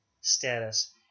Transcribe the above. status